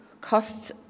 costs